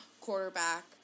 quarterback